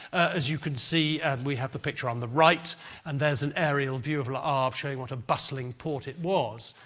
as you can see, and we have the picture on the right and there's an aerial view of le ah havre showing what a bustling port it was.